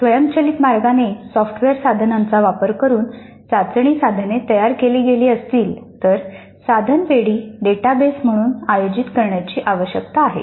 स्वयंचलित मार्गाने सॉफ्टवेअर साधनांचा वापर करून चाचणी साधने तयार केली गेली असतील तर साधन पेढी डेटाबेस म्हणून आयोजित करण्याची आवश्यकता आहे